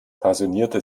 passionierte